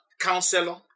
counselor